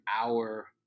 our-